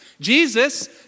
Jesus